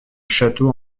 château